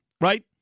right